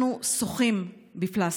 אנחנו שוחים בפלסטיק.